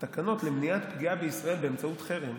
התקנות למניעת פגיעה בישראל באמצעות חרם